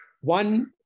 One